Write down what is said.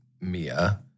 Mia